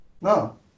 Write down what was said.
No